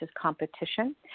competition